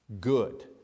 good